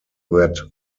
that